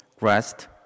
rest